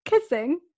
kissing